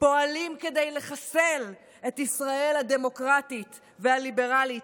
פועלים כדי לחסל את ישראל הדמוקרטית והליברלית,